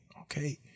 Okay